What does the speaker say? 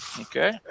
Okay